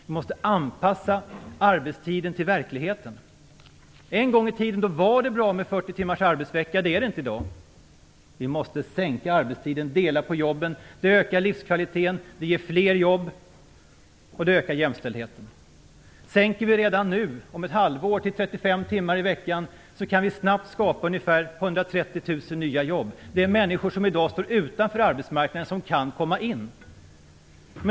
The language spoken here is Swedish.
Vi måste anpassa arbetstiden till verkligheten. En gång i tiden var det bra med 40-timmars arbetsvecka, det är det inte i dag. Vi måste sänka arbetstiden och dela jobben. Det ökar livskvaliteten, ger fler jobb och ökar jämställdheten. Sänker vi redan om ett halvår till 35 timmar i veckan kan vi snabbt skapa ungefär 130 000 nya jobb. Det är människor som i dag står utanför arbetsmarknaden som kan komma in.